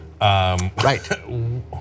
Right